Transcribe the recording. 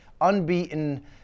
unbeaten